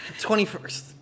21st